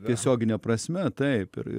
tiesiogine prasme taip ir